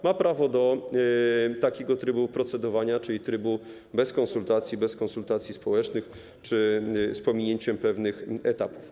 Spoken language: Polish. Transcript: Ma prawo do takiego trybu procedowania, czyli trybu bez konsultacji społecznych czy z pominięciem pewnych etapów.